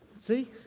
See